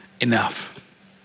enough